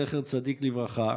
זכר צדיק לברכה,